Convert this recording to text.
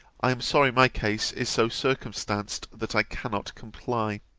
i am sorry my case is so circumstanced, that i cannot comply.